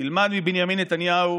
תלמד מבנימין נתניהו